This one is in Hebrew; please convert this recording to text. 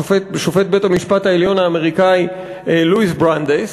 שופט בית-המשפט העליון האמריקני לואיס ברנדייס,